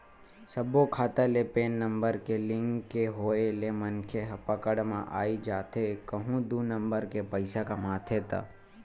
सब्बो खाता ले पेन नंबर के लिंक के होय ले मनखे ह पकड़ म आई जाथे कहूं दू नंबर के पइसा कमाथे ता